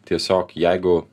tiesiog jeigu